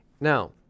Now